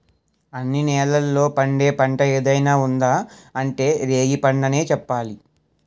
అన్ని నేలల్లో పండే పంట ఏదైనా ఉందా అంటే రేగిపండనే చెప్పాలి